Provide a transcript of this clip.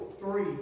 three